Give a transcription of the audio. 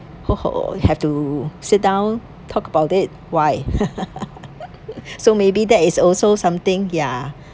[ho] [ho] you have to sit down talk about it why so maybe that is also something ya